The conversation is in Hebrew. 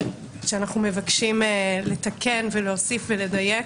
שאנחנו מבקשים לתקן ולהוסיף ולדייק,